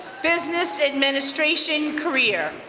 business administration career.